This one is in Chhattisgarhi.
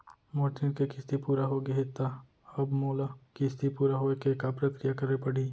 मोर ऋण के किस्ती पूरा होगे हे ता अब मोला किस्ती पूरा होए के का प्रक्रिया करे पड़ही?